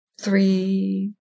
Three